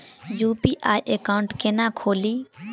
UPI account केना खोलि?